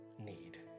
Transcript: need